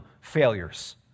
failures